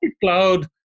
cloud